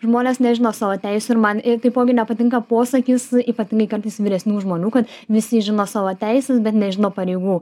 žmonės nežino savo teisių ir man ir taipogi nepatinka posakis ypatingai kartais vyresnių žmonių kad visi žino savo teises bet nežino pareigų